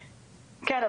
כן,